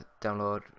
download